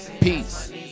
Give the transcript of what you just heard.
Peace